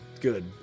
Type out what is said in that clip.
good